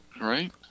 right